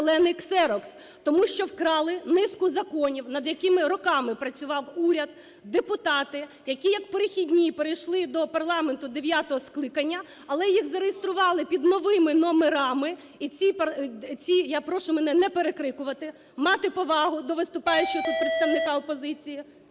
зелений ксерокс". Тому що вкрали низку законів, над якими роками працював уряд, депутати, які, як перехідні перейшли до парламенту дев'ятого скликання, але їх зареєстрували під новими номерами. Я прошу мене не перекрикувати, мати повагу до виступаючого тут представника опозиції.